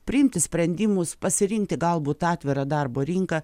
priimti sprendimus pasirinkti galbūt atvirą darbo rinką